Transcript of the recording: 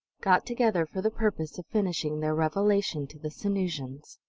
got together for the purpose of finishing their revelation to the sanusians.